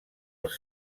els